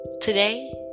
Today